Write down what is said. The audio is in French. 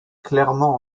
clairement